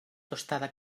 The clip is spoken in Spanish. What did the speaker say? tostada